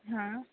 हां